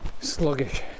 sluggish